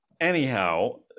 Anyhow